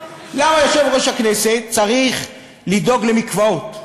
למה יושב-ראש הכנסת צריך לדאוג למקוואות?